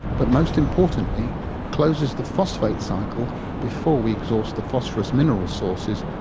but most importantly closes the phosphate cycle before we exhaust the phosphorus mineral sources,